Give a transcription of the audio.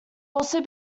also